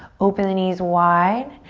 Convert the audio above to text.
open the knees wide.